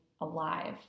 alive